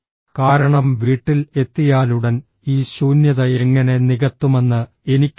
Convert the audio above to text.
കാരണം വീട്ടിൽ എത്തിയാലുടൻ ഈ ശൂന്യത എങ്ങനെ നികത്തുമെന്ന് എനിക്കറിയില്ല